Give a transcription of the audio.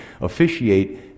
officiate